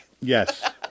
Yes